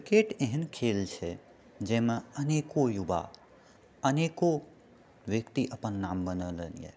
cricket एहन खेल छै जाहिमे अनेको युवा अनेको व्यक्ति अपन नाम बनौलनि यऽ